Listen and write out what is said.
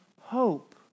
hope